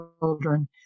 children